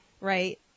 right